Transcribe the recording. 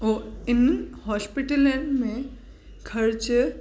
उहो हिन हॉश्पीटलनि में ख़र्चु